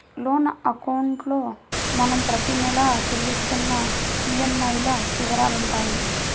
loan అకౌంట్లో మనం ప్రతి నెలా చెల్లిస్తున్న ఈఎంఐల వివరాలుంటాయి